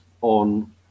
on